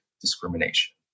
discrimination